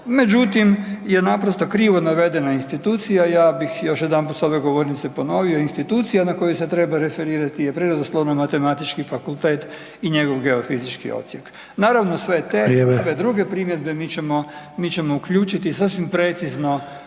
međutim je naprosto krivo navedena institucija, ja bih još jedanput s ove govornice ponovio, institucija na koju se treba referirati je Prirodoslovno-matematički fakultet i njegov geofizički odsjek. Naravno, sve te i sve druge primjedbe mi ćemo, mi ćemo uključiti sasvim precizno